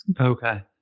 Okay